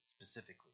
specifically